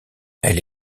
elle